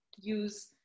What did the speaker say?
use